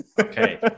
Okay